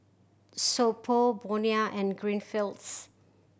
So Pho Bonia and Greenfields